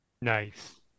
Nice